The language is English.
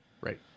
Right